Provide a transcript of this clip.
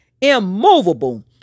immovable